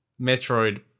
Metroid